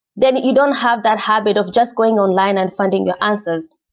then you don't have that habit of just going online and finding your answers.